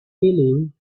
peeling